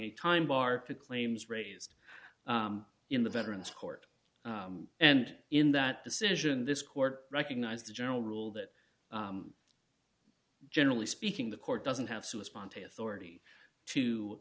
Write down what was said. a time bar to claims raised in the veterans court and in that decision this court recognized the general rule that generally speaking the court doesn't have to a spontaneous already to